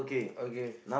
okay